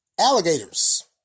alligators